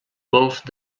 golf